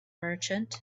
merchant